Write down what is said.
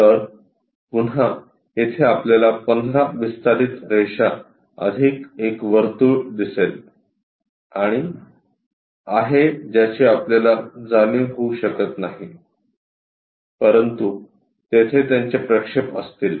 तर पुन्हा येथे आपल्याला 15 विस्तारित रेषा अधिक एक वर्तुळ दिसेल आणि आहे ज्याची आपल्याला जाणीव होऊ शकत नाही परंतु येथे त्यांचे प्रक्षेप असतील